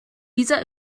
dieser